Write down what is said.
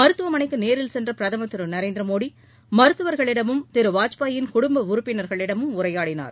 மருத்துவமனைக்கு நேரில் சென்ற பிரதமர் திரு நரேந்திரமோடி மருத்துவர்களிடமும் திரு வாஜ்பாயின் குடும்ப உறுப்பினர்களிடமும் உரையாடினார்